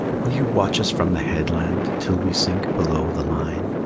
will you watch us from the headland till we sink below the line?